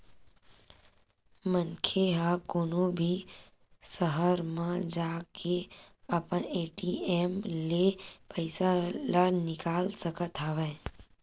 मनखे ह कोनो भी सहर म जाके अपन ए.टी.एम ले पइसा ल निकाल सकत हवय